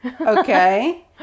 okay